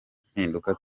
mpinduka